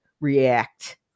react